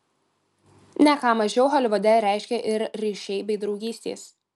ne ką mažiau holivude reiškia ir ryšiai bei draugystės